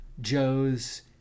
Joes